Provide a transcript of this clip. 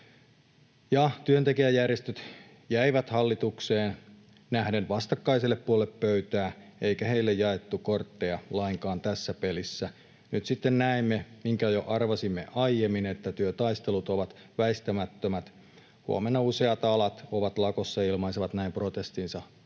Työntekijäjärjestöt jäivät hallitukseen nähden vastakkaiselle puolelle pöytää, eikä heille jaettu kortteja lainkaan tässä pelissä. Nyt sitten näemme, minkä jo arvasimme aiemmin, että työtaistelut ovat väistämättömät. Huomenna useat alat ovat lakossa ja ilmaisevat näin protestinsa